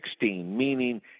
meaning